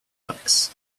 tacks